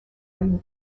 une